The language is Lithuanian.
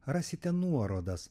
rasite nuorodas